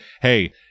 hey